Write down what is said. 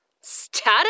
Status